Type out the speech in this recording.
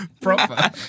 proper